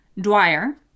Dwyer